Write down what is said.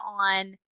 on